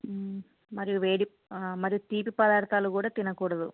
మరియు వేడి మరియు తీపి పదార్థాలు కూడా తినకూడదు